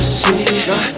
see